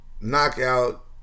knockout